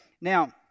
Now